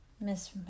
Miss